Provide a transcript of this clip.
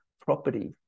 property